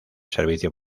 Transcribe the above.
servicio